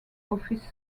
office